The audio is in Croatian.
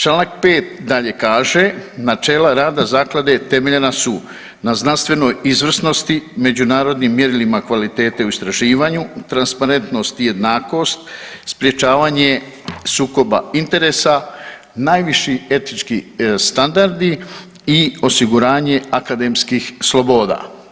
Čl. 5. dalje kaže načela rada zaklade temeljena su na znanstvenoj izvrsnosti, međunarodnim mjerilima kvalitete u istraživanju, transparentnost i jednakost, sprječavanje sukoba interesa, najviši etički standardi i osiguranje akademskih sloboda.